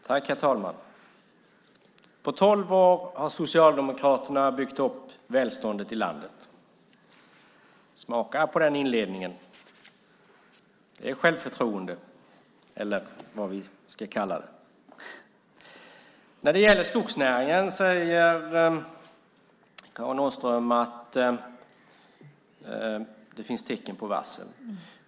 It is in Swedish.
Herr talman! På tolv år har Socialdemokraterna bygg upp välståndet i landet. Smaka på den inledningen! Det är självförtroende, eller vad vi nu ska kalla det. När det gäller skogsnäringen säger Karin Åström att det finns tecken på varsel.